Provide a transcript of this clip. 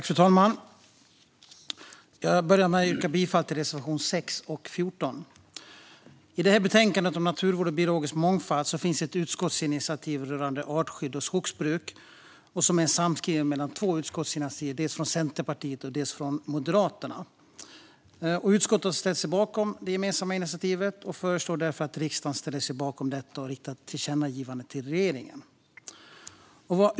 Fru talman! Jag börjar med att yrka bifall till reservationerna 6 och 14. I det här betänkandet om naturvård och biologisk mångfald finns ett utskottsinitiativ rörande artskydd och skogsbruk som är en samskrivning av två utskottsinitiativ, ett från Centerpartiet och ett från Moderaterna. Utskottet har ställt sig bakom det gemensamma initiativet och föreslår därför att riksdagen ställer sig bakom detta och riktar ett tillkännagivande till regeringen.